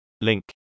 Link